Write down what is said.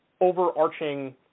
overarching